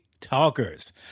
talkers